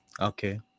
Okay